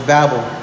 Babel